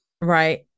right